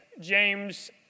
James